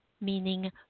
meaning